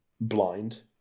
blind